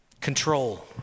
control